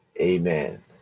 Amen